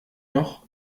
noch